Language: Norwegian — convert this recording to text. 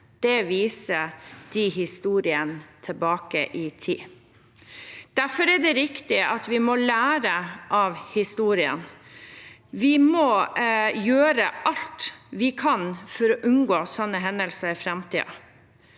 Det viser historiene tilbake i tid. Derfor er det riktig at vi må lære av historien. Vi må gjøre alt vi kan for å unngå sånne hendelser i framtiden.